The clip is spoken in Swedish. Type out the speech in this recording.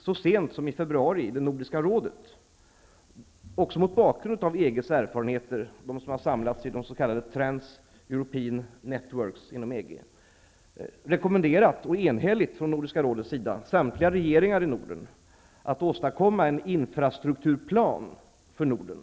Så sent som i februari har vi i Nordiska rådet, mot bakgrund av EG:s erfarenheter som har samlats i de s.k. transeuropean networks, enhälligt rekommenderat samtliga regeringar i Norden att åstadkomma en infrastrukturplan för Norden.